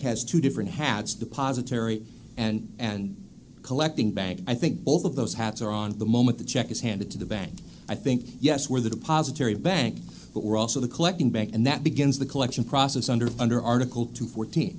has two different hats depository and and collecting bank i think both of those hats are on the moment the check is handed to the bank i think yes where the depository bank but we're also the collecting bank and that begins the collection process under under article two fourteen